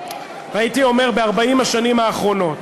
הייתי אומר ב-40 השנים האחרונות.